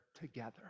together